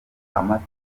amata